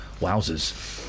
Wowzers